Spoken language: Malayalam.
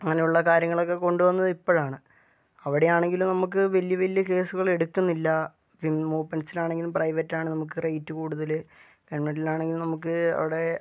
അങ്ങനെയുള്ള കാര്യങ്ങളൊക്കെ കൊണ്ട് വന്നത് ഇപ്പഴാണ് അവിടെയാണെങ്കിലും നമുക്ക് വലിയ വലിയ കേസുകൾ എടുക്കുന്നില്ല വിംസ് മൂപ്പൻസിലാണെങ്കിലും പ്രൈവറ്റാണ് നമുക്ക് റേറ്റ് കൂടുതല് ഗവൺമെന്റ്റിലാണെങ്കിലും നമുക്ക് അവിടെ